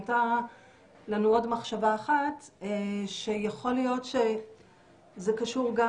הייתה לנו עוד מחשבה אחת שיכול להיות שזה קשור גם